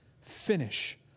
finish